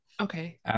Okay